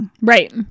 Right